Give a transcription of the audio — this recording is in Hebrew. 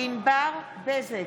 ענבר בזק,